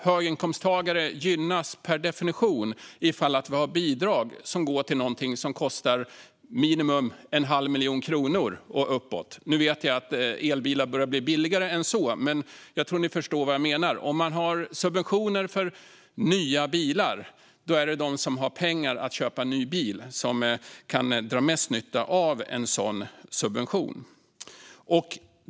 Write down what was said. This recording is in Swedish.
Höginkomsttagare gynnas per definition ifall vi har bidrag som går till någonting som kostar minimum en halv miljon kronor och uppåt. Nu vet jag att elbilar börjar bli billigare än så, men jag tror att ni förstår vad jag menar. Om man har subventioner för nya bilar är det de som har pengar att köpa en ny bil som kan dra mest nytta av en sådan subvention.